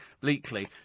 bleakly